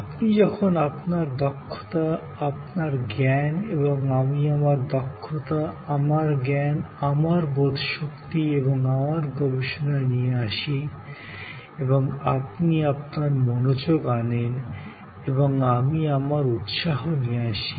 আপনি যখন আপনার দক্ষতা আপনার জ্ঞান এবং আমি আমার দক্ষতা আমার জ্ঞান আমার বোধশক্তি এবং আমার গবেষণা নিয়ে আসি এবং আপনি আপনার মনোযোগ আনেন এবং আমি আমার উৎসাহ নিয়ে আসি